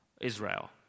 Israel